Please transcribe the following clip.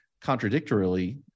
contradictorily